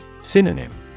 Synonym